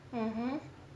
mmhmm !huh!